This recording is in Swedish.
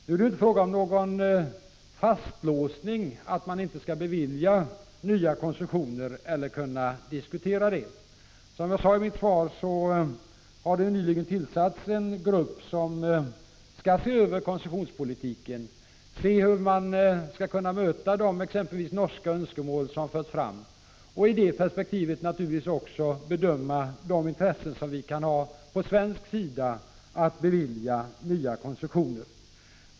Det är inte fråga om någon fastlåsning så att man inte skall bevilja eller kunna diskutera nya koncessioner. Som jag sade i mitt svar har det nyligen tillsatts en grupp som skall se över koncessionspolitiken för att bedöma hur man skall kunna möta exempelvis de norska önskemål som förts fram och i det perspektivet också bedöma de intressen vi kan ha från svensk sida att bevilja nya koncessioner.